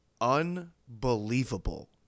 unbelievable